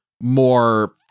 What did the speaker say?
more